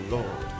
Lord